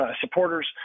supporters